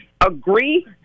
Agree